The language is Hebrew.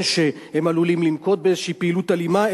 שהם עלולים לנקוט איזושהי פעילות אלימה,